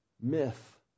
myth